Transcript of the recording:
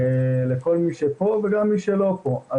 לכל מי שפה וגם למי שלא פה.